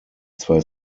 zwei